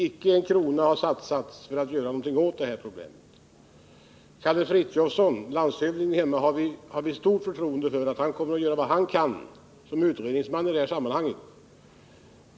Icke en krona har man satsat för att göra någonting åt det här problemet. Vi har stort förtroende för att Kalle Frithiofson, landshövdingen hemma. kommer att göra vad han kan som utredningsman i detta sammanhang.